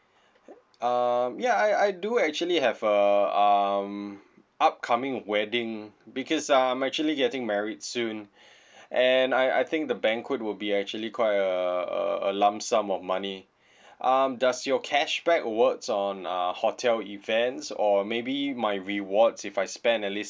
um ya I I do actually have a um upcoming wedding because I'm actually getting married soon and I I think the banquet would be actually quite a a a lump sum of money um does your cashback works on uh hotel events or maybe my rewards if I spend at least